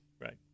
Right